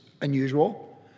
unusual